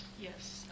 Yes